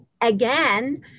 again